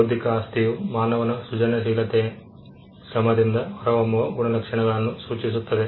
ಬೌದ್ಧಿಕ ಆಸ್ತಿಯು ಮಾನವನ ಸೃಜನಶೀಲತೆಯ ಶ್ರಮದಿಂದ ಹೊರಹೊಮ್ಮುವ ಗುಣಲಕ್ಷಣಗಳನ್ನು ಸೂಚಿಸುತ್ತದೆ